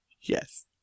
Yes